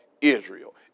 Israel